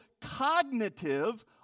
cognitive